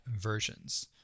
versions